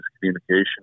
communication